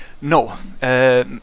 No